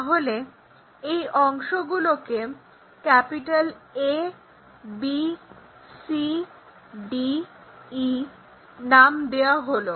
তাহলে এই অংশগুলোকে A B C D E নাম দেওয়া হলো